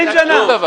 לא השתנה שום דבר.